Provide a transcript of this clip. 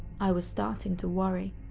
i was starting to worry.